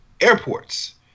airports